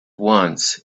once